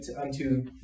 unto